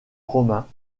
romain